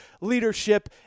leadership